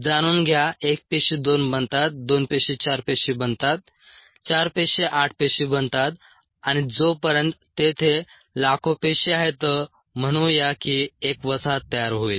जाणून घ्या एक पेशी दोन बनतात दोन पेशी चार पेशी बनतात चार पेशी आठ पेशी बनतात आणि जोपर्यंत तेथे लाखो पेशी आहेत म्हणू या की एक वसाहत तयार होईल